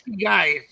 guys